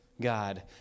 God